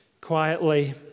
quietly